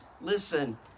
Listen